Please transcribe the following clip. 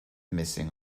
missing